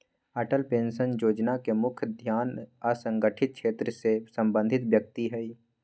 Atal pension Yojana के मुख्य ध्यान असंगठित क्षेत्र से संबंधित व्यक्ति हइ